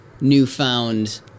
newfound